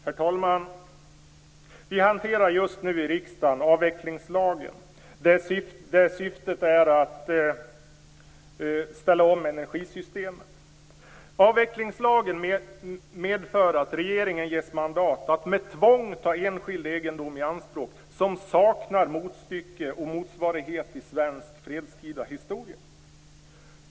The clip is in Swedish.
Herr talman! Vi hanterar just nu i riksdagen avvecklingslagen med syfte att ställa om energisystemet. Avvecklingslagen medför att regeringen ges mandat att med tvång ta enskild egendom i anspråk - något som saknar motstycke och motsvarighet i svensk fredstida historia.